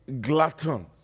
gluttons